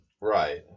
Right